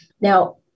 Now